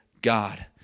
God